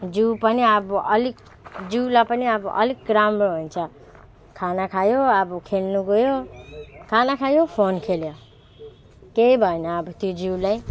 जिउ पनि अब अलिक जिउलाई पनि अब अलिक राम्रो हुन्छ खाना खायो अब खेल्नु गयो खाना खायो फोन खेल्यो केही भएन अब त्यो जिउलाई